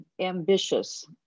ambitious